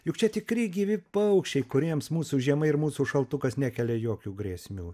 juk čia tikri gyvi paukščiai kuriems mūsų žiema ir mūsų šaltukas nekelia jokių grėsmių